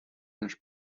наш